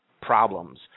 problems